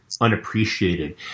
unappreciated